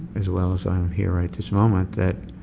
as well as i'm here right this moment, that